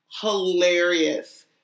hilarious